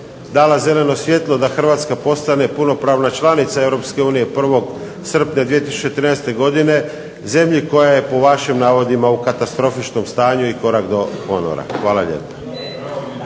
dala zeleno svjetlo da Hrvatska postane punopravna članica Europske unije 1. srpnja 2013. godine, zemlji koja je po vaši navodima u katastrofičnom stanju i korak do ponora. Hvala lijepo.